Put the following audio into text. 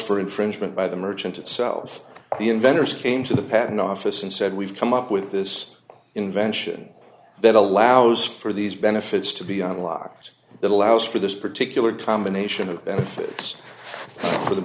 for infringement by the merchant itself the inventors came to the patent office and said we've come up with this invention that allows for these benefits to be unlocked that allows for this particular combination of benefits for the